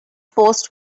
post